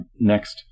next